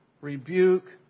rebuke